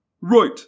right